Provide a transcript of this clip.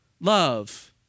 Love